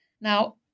Now